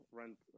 rent